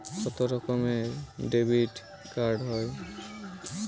কত রকমের ডেবিটকার্ড হয়?